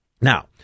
Now